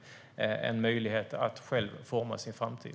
Det handlar om en möjlighet att själv forma sin framtid.